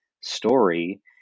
story